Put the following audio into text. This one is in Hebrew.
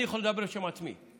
אני יכול לדבר בשם עצמי.